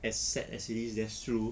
as sad as it is that's true